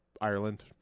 ireland